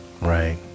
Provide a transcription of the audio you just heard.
right